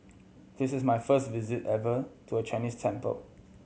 this is my first visit ever to a Chinese temple